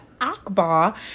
Akbar